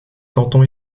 canton